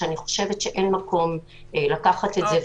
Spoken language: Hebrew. שאני חושבת שאין מקום לקחת את זה,